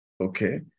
Okay